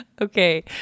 Okay